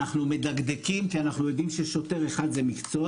אנחנו מדקדקים, כי אנחנו יודעים ששוטר זה מקצוע.